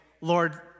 Lord